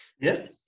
yes